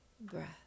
breath